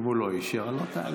אם הוא לא אישר אז לא תעלה.